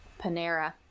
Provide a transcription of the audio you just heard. Panera